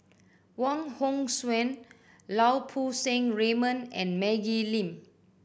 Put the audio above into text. Wong Hong Suen Lau Poo Seng Raymond and Maggie Lim